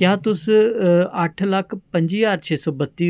क्या तुस अट्ठ लक्ख पं'जी ज्हार छे सौ बत्ती